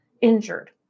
injured